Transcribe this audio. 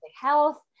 health